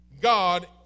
God